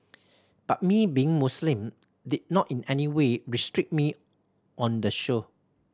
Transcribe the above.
but me being Muslim did not in any way restrict me on the show